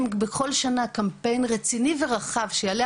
אם יהיה קמפיין רציני ורחב שירוץ כל שנה,